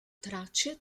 tracce